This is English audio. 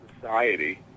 society